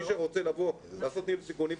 מי שרוצה לבוא לעשות במקומי,